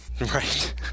Right